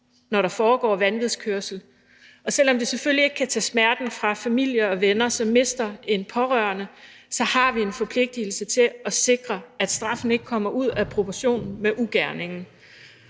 når der foregår vanvidskørsel. Og selv om det selvfølgelig ikke kan tage smerten fra familier og venner, som mister en pårørende, så har vi en forpligtelse til at sikre, at straffen ikke kommer ud af proportion med ugerningen.